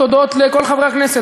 תודות לכל חברי הכנסת,